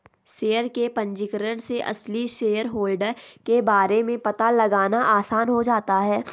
share के पंजीकरण से असली शेयरहोल्डर के बारे में पता लगाना आसान हो जाता है